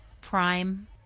prime